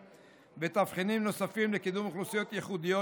ותבחינים נוספים לקידום אוכלוסיות ייחודיות.